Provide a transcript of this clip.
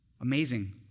Amazing